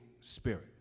Spirit